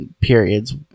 periods